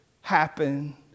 happen